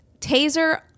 taser